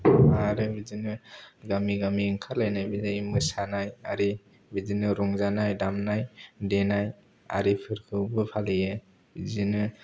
आरो बिदिनो गामि गामि ओंखार लायनायबो जायो मोसानाय आरि बिदिनो रंजानाय दामनाय आरिफोरखौबो फालियो बिदिनो